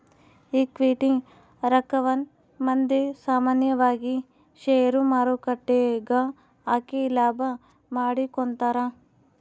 equity ರಕ್ಕವನ್ನ ಮಂದಿ ಸಾಮಾನ್ಯವಾಗಿ ಷೇರುಮಾರುಕಟ್ಟೆಗ ಹಾಕಿ ಲಾಭ ಮಾಡಿಕೊಂತರ